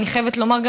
ואני חייבת לומר,